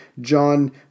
John